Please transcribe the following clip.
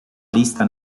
lista